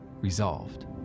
resolved